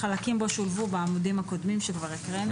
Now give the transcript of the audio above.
החלקים בו שולבו בעמודים הקודמים שכבר הקראנו.